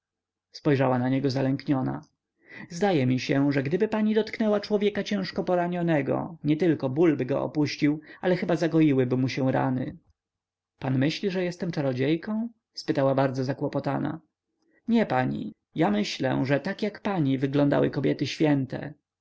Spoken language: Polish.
spojrzała na niego zalękniona zdaje mi się że gdyby pani dotknęła człowieka ciężko poranionego nietylko ból by go opuścił ale chyba zagoiłyby mu się rany pan myśli że jestem czarodziejką spytała bardzo zakłopotana nie pani ja myślę że tak jak pani wyglądały kobiety święte